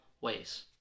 ways